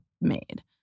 made